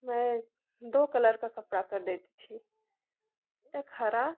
मैं दो कलर का कपड़ा एक हरा